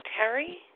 Terry